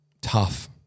tough